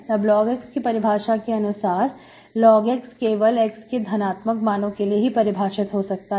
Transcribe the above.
अब logx की परिभाषा के अनुसार log x केवल एक्ट के धनात्मक मानो के लिए ही परिभाषित हो सकता है